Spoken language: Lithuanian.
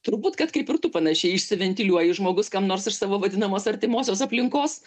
turbūt kad kaip ir tu panašiai išsiventiliuoji žmogus kam nors iš savo vadinamos artimosios aplinkos